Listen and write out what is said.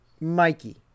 Mikey